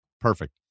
Perfect